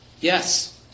Yes